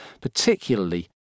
particularly